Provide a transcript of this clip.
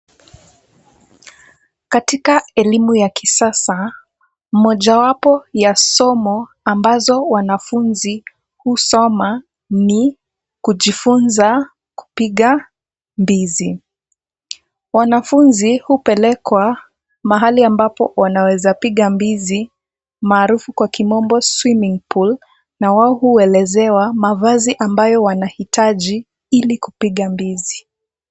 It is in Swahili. Katika elimu ya kisasa mmoja wapo ya somo ambazo wanafunzi husoma ni kujifunza kupiga mbizi. Wanafunzi hupelekwa mahali ambapo wanawezapiga mbizi maarufu kwa kimombo swimming pool na wao huelezewa mavazi ambayo wanahitaji ili kupiga mbizi.